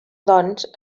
doncs